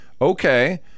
okay